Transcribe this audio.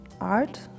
art